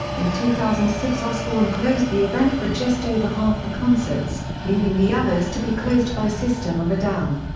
in two thousand and six osbourne closed the event for just over half the concerts, leaving the others to be closed by system of a down.